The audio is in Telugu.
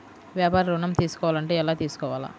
వ్యాపార ఋణం తీసుకోవాలంటే ఎలా తీసుకోవాలా?